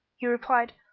he replied,